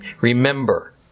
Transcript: Remember